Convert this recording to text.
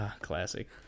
Classic